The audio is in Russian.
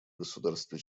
государстве